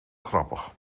grappig